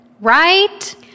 Right